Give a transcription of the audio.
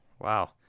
Wow